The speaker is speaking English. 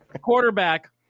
quarterback